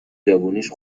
جوونیش